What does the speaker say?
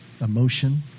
emotion